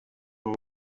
n’u